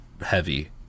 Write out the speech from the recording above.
heavy